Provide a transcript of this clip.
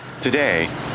Today